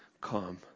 calm